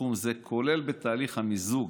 בתחום זה, כולל בתהליך המיתוג,